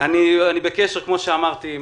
כמו שאמרתי,